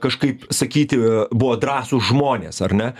kažkaip sakyti buvo drąsūs žmonės ar ne